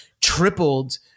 tripled-